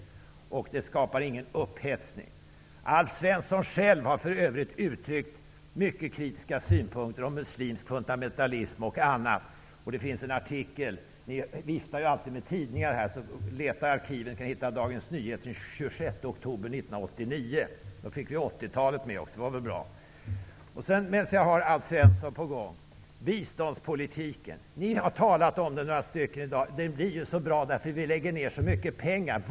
Det skapar ingen upphetsning. Alf Svensson har för övrigt själv uttryckt mycket kritiska synpunkter om muslimsk fundamentalism och annat. Det finns en artikel om det. Ni viftar ju alltid med tidningar här. Leta i arkiven tills ni hittar Dagens Nyheter från den 26 oktober 1989! Där fick vi med 80-talet också! -- det var väl bra? När jag ändå har Alf Svensson på gång vill jag nämna biståndspolitiken. Det är några som har talat om den i dag och att den blir så bra eftersom vi lägger ner så mycket pengar på den.